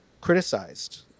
criticized